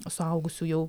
suaugusių jau